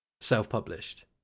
self-published